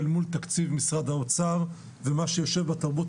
אל מול תקציב משרד האוצר ומה שיושב בתרבות,